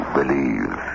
believe